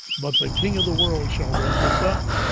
but the king of the world shall raise us up,